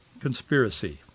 conspiracy